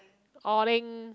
orang